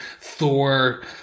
Thor